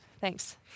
Thanks